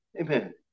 Amen